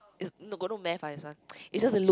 it's no got no math ah this one it's just to look